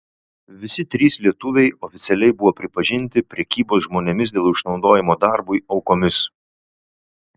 visi trys lietuviai oficialiai buvo pripažinti prekybos žmonėmis dėl išnaudojimo darbui aukomis